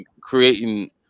creating